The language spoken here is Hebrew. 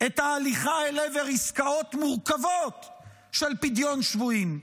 את ההליכה אל עבר עסקאות מורכבות של פדיון שבויים.